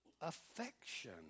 affection